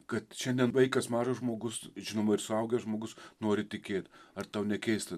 kad šiandien vaikas mažas žmogus žinoma ir suaugęs žmogus nori tikėt ar tau nekeista